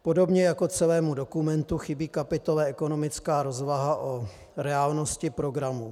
Podobně jako celému dokumentu chybí kapitola ekonomická rozvaha o reálnosti programu.